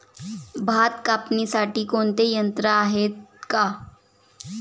भात कापणीसाठी कोणते यंत्र आहेत का?